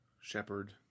shepherd